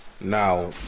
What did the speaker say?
now